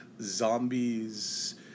Zombies